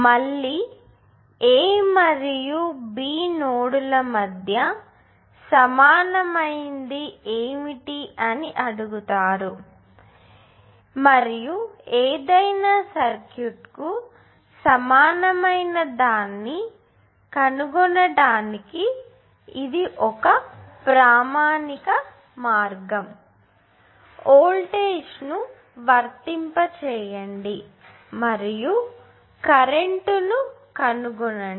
మళ్ళ A మరియు B నోడ్ల మధ్య సమానమైనది ఏమిటి అని అడుగుతాను మరియు ఏదైనా సర్క్యూట్కు సమానమైనదాన్ని కనుగొనటానికి ఇది ఒక ప్రామాణిక మార్గం వోల్టేజ్ను వర్తింపచేయండి మరియు కరెంట్ను కనుగొనండి